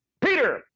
Peter